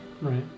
Right